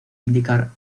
indycar